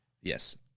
Yes